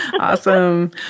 awesome